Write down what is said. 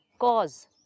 cause